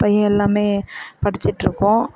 பையன் எல்லாமே படிச்சிட்டிருக்கோம்